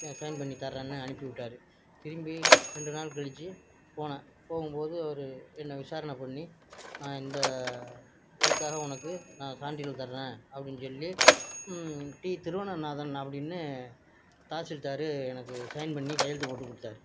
K sign பண்ணி தரேன்னு அனுப்பி விட்டாரு திரும்பி ரெண்டு நாள் கழித்து போனேன் போகும் போது அவரு என்ன விசாரணை பண்ணி நான் இந்த இதுக்காக உனக்கு நான் சான்றிதழ் தர்றேன் அப்படின்னு சொல்லி டி திருவனநாதான் அப்படின்னு தாசில்தாரு எனக்கு சைன் பண்ணி கையெழுத்து போட்டு கொடுத்தாரு